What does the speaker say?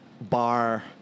bar